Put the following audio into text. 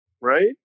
right